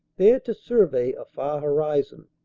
there to survey a far horizon.